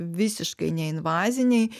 visiškai neinvaziniai